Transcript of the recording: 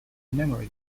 memory